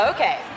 Okay